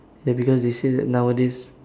ya because they say that nowadays